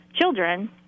children